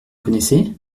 connaissez